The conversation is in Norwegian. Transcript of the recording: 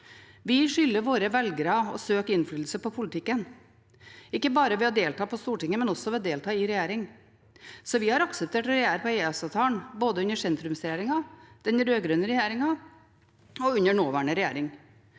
Vi skylder våre velgere å søke innflytelse på politikken, ikke bare ved å delta på Stortinget, men også ved å delta i regjering. Så vi har akseptert å regjere på EØS-avtalen, både under sentrumsregjeringen, under den rød-grønne regjeringen og under nåværende regjering.